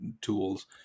tools